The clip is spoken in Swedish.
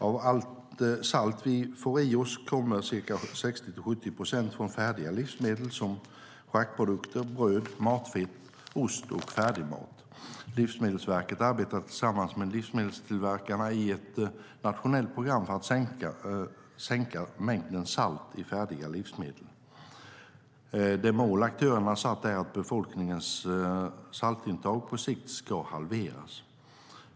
Av allt salt vi får i oss kommer ca 60-70 procent från färdiga livsmedel som charkprodukter, bröd, matfett, ost och färdigmat. Livsmedelsverket arbetar tillsammans med livsmedelstillverkarna i ett nationellt program för att sänka mängden salt i färdiga livsmedel. Det mål aktörerna satt är att befolkningens saltintag på sikt ska halveras.